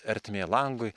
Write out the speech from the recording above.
ertmė langui